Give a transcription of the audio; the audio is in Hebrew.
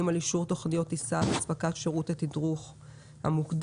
על אישור תכניות טיסה והספקת שירות התדרוך המוקדם.